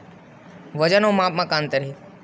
वजन अउ माप म का अंतर हे?